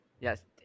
yes